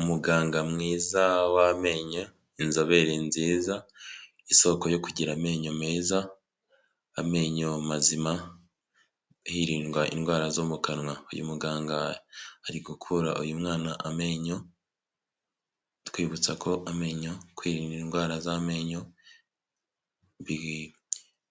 Umuganga mwiza w'amenyo, inzobere nziza isoko yo kugira amenyo meza, amenyo mazima hirindwa indwara zo mu kanwa, uyu muganga ari gukura uyu mwana amenyo bitwibutsa ko amenyo kwirinda indwara z'amenyo